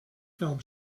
film